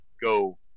go